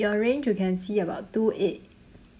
your range you can see about two eight